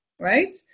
Right